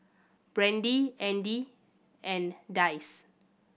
Brandie Andy and Dicie